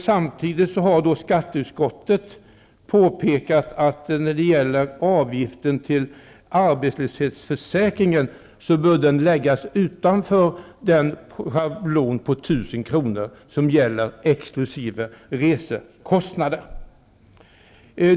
Samtidigt har skatteutskottet påpekat att avgiften till arbetslöshetsförsäkringen bör läggas utanför den schablon på 1 000 kr. som gäller exkl. resekostnader.